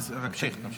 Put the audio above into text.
תמשיך, תמשיך.